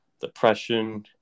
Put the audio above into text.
Depression